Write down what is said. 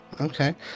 Okay